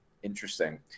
Interesting